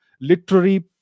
literary